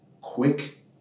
quick